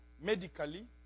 medically